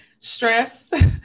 stress